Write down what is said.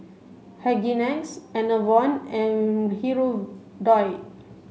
Hygin X Enervon and Hirudoid